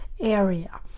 area